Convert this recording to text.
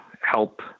help